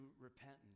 repentance